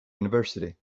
university